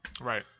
Right